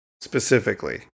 specifically